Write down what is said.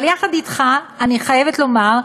אבל יחד אתך, אני חייבת לומר,